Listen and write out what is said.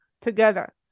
together